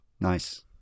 Nice